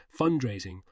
fundraising